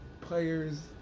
Players